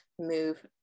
move